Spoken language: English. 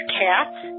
cats